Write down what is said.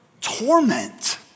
Torment